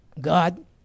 God